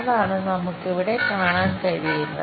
അതാണ് നമുക്ക് ഇവിടെ കാണാൻ കഴിയുന്നത്